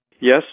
Yes